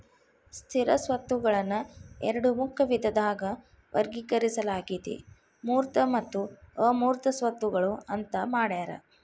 ಸ್ಥಿರ ಸ್ವತ್ತುಗಳನ್ನ ಎರಡ ಮುಖ್ಯ ವಿಧದಾಗ ವರ್ಗೇಕರಿಸಲಾಗೇತಿ ಮೂರ್ತ ಮತ್ತು ಅಮೂರ್ತ ಸ್ವತ್ತುಗಳು ಅಂತ್ ಮಾಡ್ಯಾರ